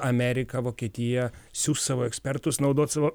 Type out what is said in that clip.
ameriką vokietiją siųs savo ekspertus naudot savo